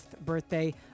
birthday